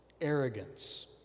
arrogance